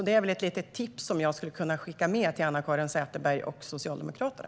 Det är ett litet tips som jag kan skicka med till Anna-Caren Sätherberg och Socialdemokraterna.